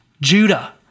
Judah